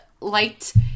liked